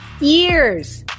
years